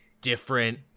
different